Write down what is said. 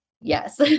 Yes